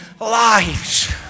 lives